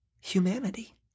humanity